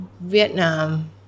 Vietnam